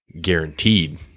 guaranteed